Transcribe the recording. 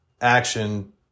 action